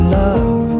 love